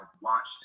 watched